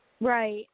Right